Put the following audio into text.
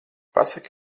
pasaki